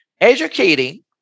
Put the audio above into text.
Educating